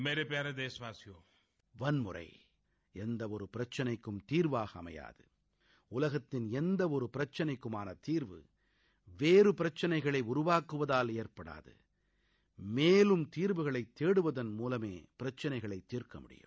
வன்முறை எந்தவொரு பிரச்சினைக்கும் தீர்வாக அமையாது உலகத்தின் எந்தவொரு பிரச்சினைக்குமான தீர்வு வேறு பிரச்சனையை உருவாக்குவதால் ஏற்படாது மேலும் தீர்வுகளை தேடுவதன் மூலமே பிரக்கினைகளை தீர்க்க முடியும்